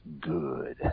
good